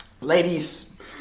Ladies